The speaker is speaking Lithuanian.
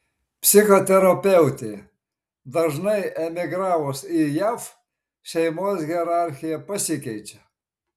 psichoterapeutė dažnai emigravus į jav šeimos hierarchija pasikeičia